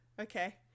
okay